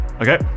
Okay